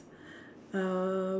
uh